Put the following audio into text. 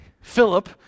Philip